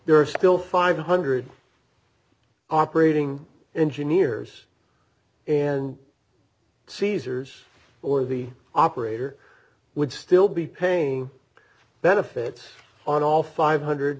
there are still five hundred operating engineers and cesar's or the operator would still be paying benefits on all five hundred